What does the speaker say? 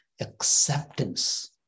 acceptance